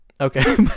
okay